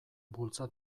bultza